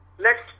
next